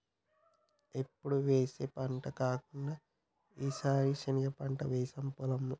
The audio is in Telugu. ఎప్పుడు వేసే పంట కాకుండా ఈసారి శనగ పంట వేసాము పొలంలో